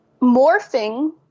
morphing